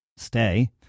Stay